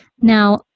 Now